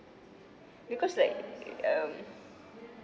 because like um